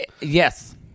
Yes